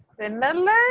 similar